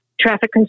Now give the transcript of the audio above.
traffic